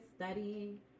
studying